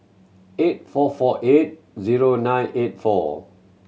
eight four four eight zero nine eight four